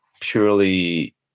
purely